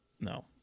No